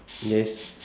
yes